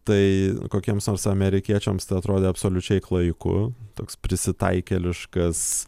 tai kokiems nors amerikiečiams tai atrodė absoliučiai klaiku toks prisitaikėliškas